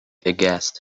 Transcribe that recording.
aghast